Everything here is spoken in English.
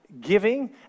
giving